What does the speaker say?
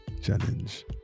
challenge